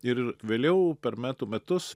ir vėliau per metų metus